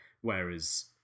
Whereas